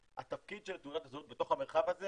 התפקיד של תעודת הזהות בתוך המרחב הזה